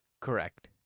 Correct